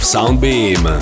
Soundbeam